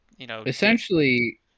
Essentially